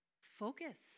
Focus